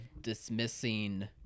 dismissing